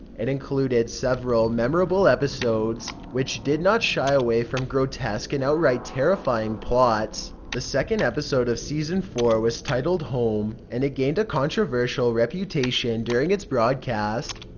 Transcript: it included several memorable episodes which did not shy away from grotesque and outright terrifying plots. the second episode of season four was one titled home, and it gained a controversial reputation during its broadcast.